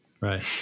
Right